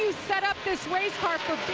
set up this race car for